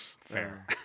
Fair